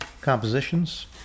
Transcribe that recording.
compositions